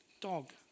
dog